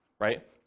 right